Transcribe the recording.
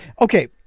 Okay